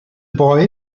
boy